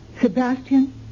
Sebastian